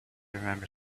remember